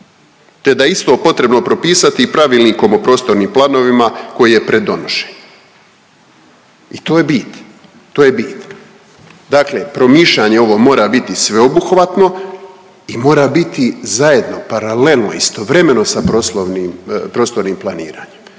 te da se isto potrebno propisati pravilnikom o prostornim planovima koji je pred donošenjem i to je bit, to je bit. Dakle promišljanje ovo mora biti sveobuhvatno i mora biti zajedno paralelno, istovremeno sa prostornim planiranjem,